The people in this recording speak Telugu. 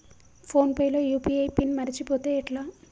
ఫోన్ పే లో యూ.పీ.ఐ పిన్ మరచిపోతే ఎట్లా?